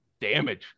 damage